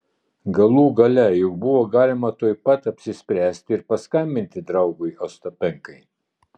galų gale juk buvo galima tuoj pat apsispręsti ir paskambinti draugui ostapenkai